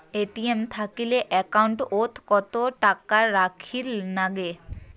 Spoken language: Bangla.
এ.টি.এম থাকিলে একাউন্ট ওত কত টাকা রাখীর নাগে?